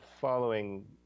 following